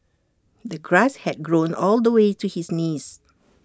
the grass had grown all the way to his knees